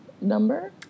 number